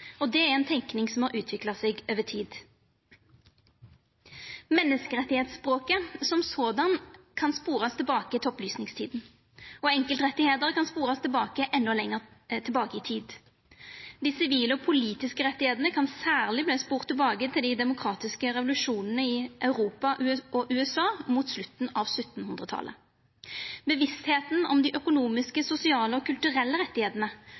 òg har utdanning, ein økonomisk, sosial og kulturell rett. Det er ei tenking som har utvikla seg over tid. Menneskerettsspråket kan sporast tilbake til opplysningstida, og enkeltrettar kan sporast endå lengre tilbake i tid. Dei sivile og politiske rettane kan særleg verta spora tilbake til dei demokratiske revolusjonane i Europa og USA mot slutten av 1700-talet. Bevisstheita om dei økonomiske, sosiale og kulturelle